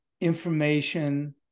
information